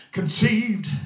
conceived